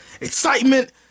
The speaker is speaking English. excitement